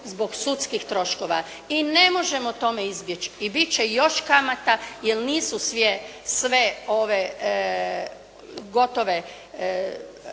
zbog sudskih troškova. I ne možemo tome izbjeći. I bit će još kamata, jer nisu sve gotove,